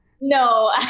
no